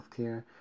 healthcare